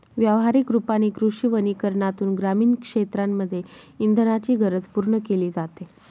व्यवहारिक रूपाने कृषी वनीकरनातून ग्रामीण क्षेत्रांमध्ये इंधनाची गरज पूर्ण केली जाते